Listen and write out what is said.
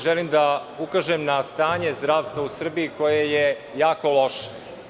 Želim da ukažem na stanje zdravstva u Srbiji koje je jako loše.